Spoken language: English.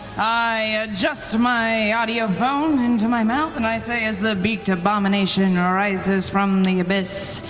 i adjust my audiophone into my mouth and i say as the beaked abomination ah rises from the abyss,